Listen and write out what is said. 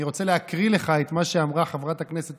אני רוצה להקריא לך את מה שאמרה חברת הכנסת